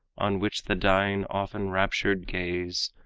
on which the dying often raptured gaze,